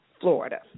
Florida